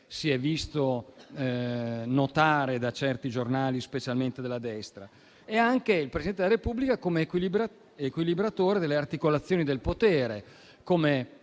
si è visto notare da certi giornali, specialmente della destra. E il Presidente del Repubblica è anche un equilibratore delle articolazioni del potere e